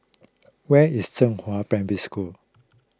where is Zhenghua Primary School